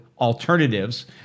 alternatives